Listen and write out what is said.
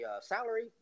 salary